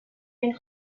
این